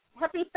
Happy